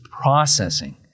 processing